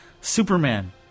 Superman